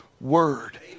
word